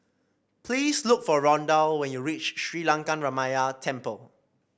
please look for Rondal when you reach Sri Lankaramaya Temple